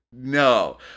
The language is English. No